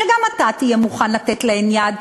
שגם אתה תהיה מוכן לתת להן יד,